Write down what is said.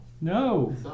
no